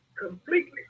completely